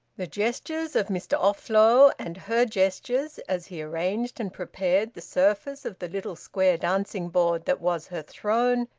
the gestures of mr offlow, and her gestures, as he arranged and prepared the surface of the little square dancing-board that was her throne,